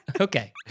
Okay